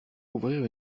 ouvrir